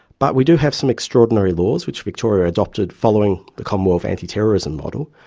but we do have some extraordinary laws which victoria adopted following the commonwealth anti-terrorism model,